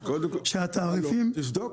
שהתעריפים --- תבדוק,